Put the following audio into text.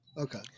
Okay